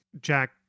Jack